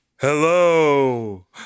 Hello